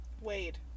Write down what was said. wade